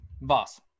Boss